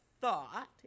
thought